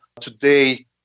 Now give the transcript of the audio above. today